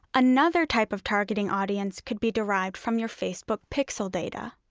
another type of targeting audience could be derived from your facebook pixel data.